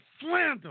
slander